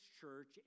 church